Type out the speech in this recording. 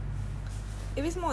but I never even